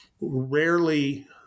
rarely